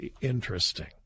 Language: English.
interesting